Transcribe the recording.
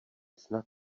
snad